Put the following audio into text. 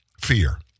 Fear